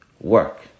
work